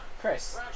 Chris